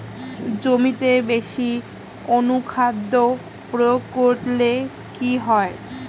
জমিতে বেশি অনুখাদ্য প্রয়োগ করলে কি হয়?